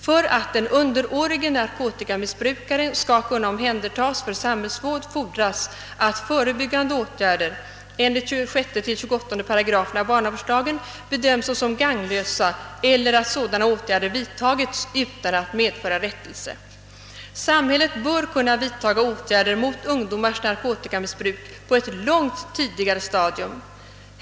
För att den underårige narkotikamissbrukaren skall kunna om händertagas för samhällsvård fordras att förebyggande åtgärder — enligt 26 —28 §§ barnavårdslagen — bedöms så som gagnlösa eller att sådana åtgärder vidtagits utan att medföra rättelse. Samhället bör kunna vidtaga åtgärder mot ungdomars narkotikamissbruk på ett långt tidigare stadium.